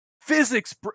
physics